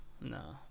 No